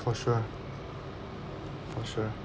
for sure for sure